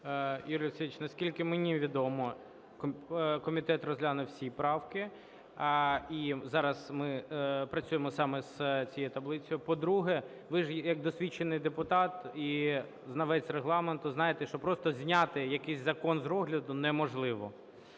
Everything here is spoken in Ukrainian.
Юрій Олексійович, наскільки мені відомо, комітет розглянув всі правки, і зараз ми працюємо саме з цією таблицею. По-друге, ви ж як досвідчений депутат і знавець Регламенту знаєте, що просто зняти якийсь закон з розгляду неможливо.